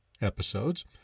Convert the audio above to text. episodes